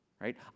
right